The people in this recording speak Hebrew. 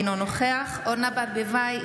אינו נוכח אורנה ברביבאי,